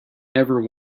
never